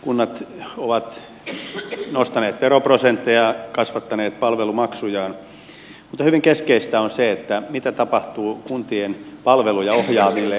kunnat ovat nostaneet veroprosenttejaan kasvattaneet palvelumaksujaan mutta hyvin keskeistä on se mitä tapahtuu kuntien palveluja ohjaaville normeille